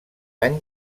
any